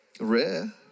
Rare